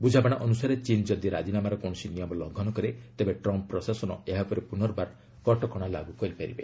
ବୁଝାମଣା ଅନୁସାରେ ଚୀନ ଯଦି ରାଜିନାମାର କୌଣସି ନିୟମ ଲଂଘନ କରେ ତେବେ ଟ୍ରମ୍ପ ପ୍ରଶାସନ ଏହା ଉପରେ ପୁନର୍ବାର କଟକଣା ଲାଗୁ କରିପାରିବେ